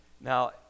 Now